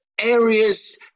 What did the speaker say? areas